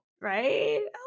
right